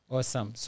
Awesome